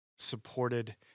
supported